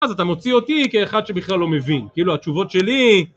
אז אתה מוציא אותי כאחד שבכלל לא מבין, כאילו התשובות שלי...